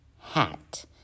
hat